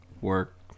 Work